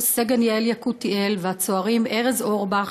סגן יעל יקותיאל והצוערים ארז אורבך,